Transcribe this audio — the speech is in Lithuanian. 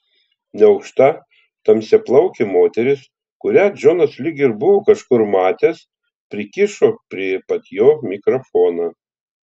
neaukšta tamsiaplaukė moteris kurią džonas lyg ir buvo kažkur matęs prikišo prie pat jo mikrofoną